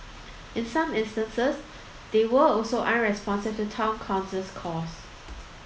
in some instances they were also unresponsive to Town Council's calls